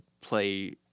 play